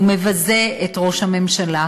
הוא מבזה את ראש הממשלה,